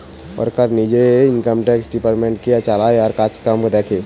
সরকার নিজে income tax ডিপার্টমেন্টটাকে চালায় আর কাজকাম দেখে